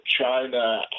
China